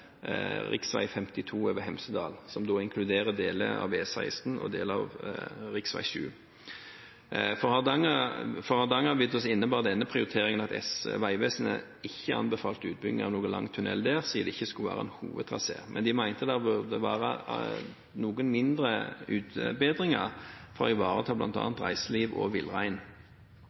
52 over Hemsedal, som inkluderer deler av E16 og deler av rv. 7. For Hardangervidda innebar denne prioriteringen at Vegvesenet ikke anbefalte utbygging av en lang tunnel der siden det ikke skulle være en hovedtrasé, men de mente at det burde være noen mindre utbedringer for å ivareta bl.a. reiseliv og villrein.